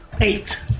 Eight